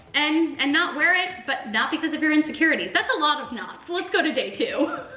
and and not wear it, but not because of your insecurities. that's a lot of nots. let's go to day two.